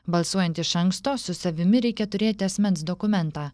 balsuojant iš anksto su savimi reikia turėti asmens dokumentą